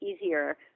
easier